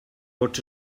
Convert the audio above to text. what